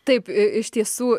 taip iš tiesų